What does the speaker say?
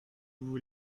vous